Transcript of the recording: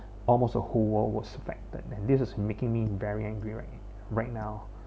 almost a whole world was affected and this is making me very angry r~ right now